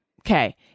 Okay